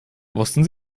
wussten